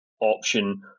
option